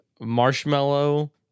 marshmallow